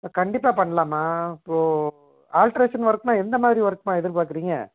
கண்டிப்பாக பண்ணலாம்மா இப்போது ஆல்டர்னேஷன் ஒர்க்னால் எந்த மாதிரி ஒர்க்மா எதிர்பார்க்குறீங்க